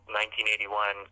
1981